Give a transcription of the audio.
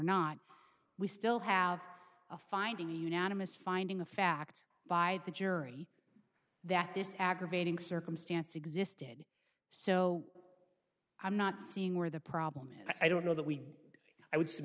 not we still have a finding a unanimous finding of fact by the jury that this aggravating circumstance existed so i'm not seeing where the problem is i don't know that we i w